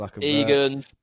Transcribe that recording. egan